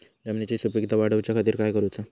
जमिनीची सुपीकता वाढवच्या खातीर काय करूचा?